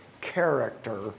character